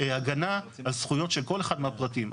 הגנה על זכויות של כל אחד מהפרטים.